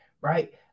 right